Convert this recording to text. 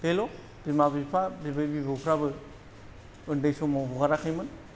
बेल' बिमा बिफा बिबै बिबौफ्राबो उन्दै समाव हगाराखैमोन